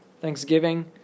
thanksgiving